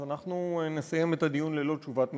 ואנחנו נסיים את הדיון ללא תשובת הממשלה,